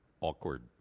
awkward